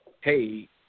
hey